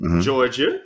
Georgia